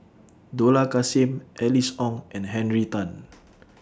Dollah Kassim Alice Ong and Henry Tan